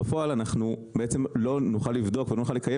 בפועל אנחנו בעצם לא נוכל לבדוק או לא נוכל לקיים